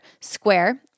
Square